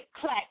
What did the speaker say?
clack